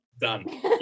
Done